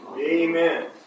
Amen